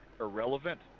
irrelevant